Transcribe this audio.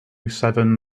seven